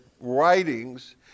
writings